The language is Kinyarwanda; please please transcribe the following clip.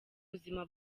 buzima